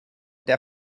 der